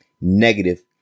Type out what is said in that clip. negative